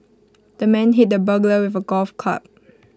the man hit the burglar with A golf club